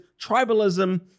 tribalism